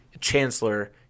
chancellor